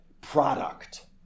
product